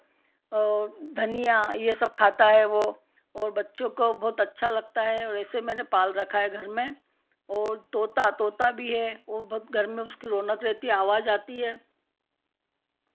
और धनिया यह सब खाता है वह और बच्चों को बहुत अच्छा लगता है और ऐसे मैंने पाल रखा है घर में और तोता तोता भी है वह बहुत गर्म उसकी रौनक रहती आवाज़ आती है